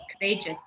courageous